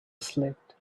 slept